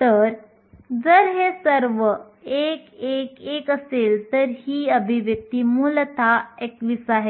तर अंदाजे 43 unit cells आहेत